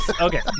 Okay